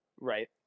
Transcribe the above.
Right